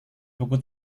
buku